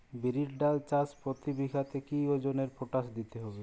বিরির ডাল চাষ প্রতি বিঘাতে কি ওজনে পটাশ দিতে হবে?